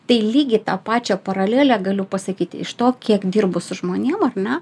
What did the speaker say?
tai lygiai tą pačią paralelę galiu pasakyti iš to kiek dirbu su žmonėm ar ne